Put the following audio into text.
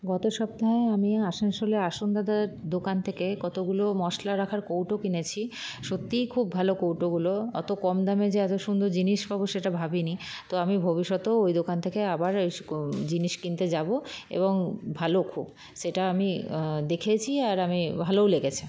গত সপ্তাহে আমি আসানসোলে দোকান থেকে কতগুলো মশলা রাখার কৌটো কিনেছি সত্যি খুব ভালো কৌটোগুলো অত কম দামে যে এত সুন্দর জিনিস পাবো সেটা ভাবিনি তো আমি ভবিষ্যতেও ওই দোকান থেকে আবার জিনিস কিনতে যাবো এবং ভালো খুব সেটা আমি দেখেছি আর আমি ভালোও লেগেছে